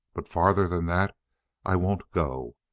but farther than that i won't go.